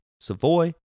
Savoy